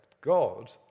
God